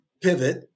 pivot